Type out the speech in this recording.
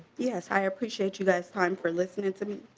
yes i appreciate you guys time for listening to me.